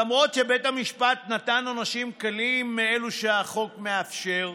למרות שבית המשפט נתן עונשים קלים מאלו שהחוק מאפשר,